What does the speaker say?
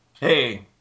Hey